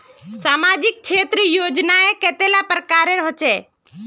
सामाजिक क्षेत्र योजनाएँ कतेला प्रकारेर होचे?